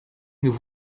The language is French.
nous